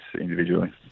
individually